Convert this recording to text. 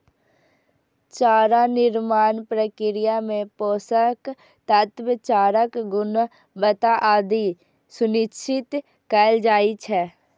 चारा निर्माण प्रक्रिया मे पोषक तत्व, चाराक गुणवत्ता आदि सुनिश्चित कैल जाइ छै